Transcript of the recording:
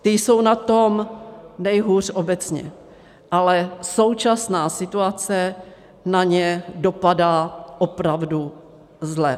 Ti jsou na tom nejhůř obecně, ale současná situace na ně dopadá opravdu zle.